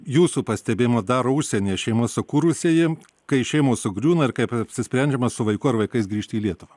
jūsų pastebėjimu daro užsienyje šeimas sukūrusieji kai šeimos sugriūna ir kai apsisprendžiama su vaiku ar vaikais grįžti į lietuvą